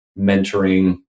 mentoring